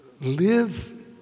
live